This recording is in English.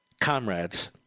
comrades